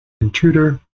intruder